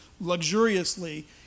luxuriously